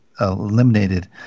eliminated